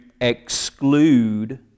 exclude